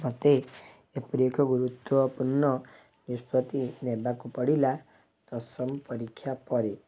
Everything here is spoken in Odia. ମୋତେ ଏପରି ଏକ ଗୁରୁତ୍ଵପୁର୍ଣ ନିଷ୍ପତି ନେବାକୁ ପଡ଼ିଲା ଦଶମ ପରୀକ୍ଷା ପରେ